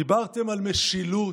דיברתם על משילות.